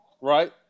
right